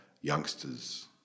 youngsters